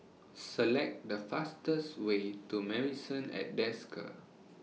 Select The fastest Way to Marrison At Desker